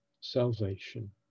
salvation